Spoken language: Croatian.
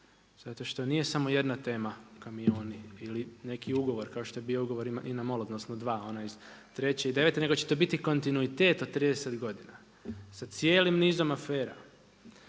zato što nije samo jedna tema kamioni ili neki ugovor kao što je bio ugovor INA MOL, odnosno dva ona iz '03., i '09. nego će to biti kontinuitet od 30 godina sa cijelim nizom afera.